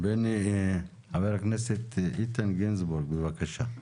חבר הכנסת איתן גינזבורג, בבקשה.